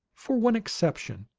for one exception,